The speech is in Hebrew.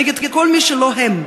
נגד כל מי שהוא לא הם.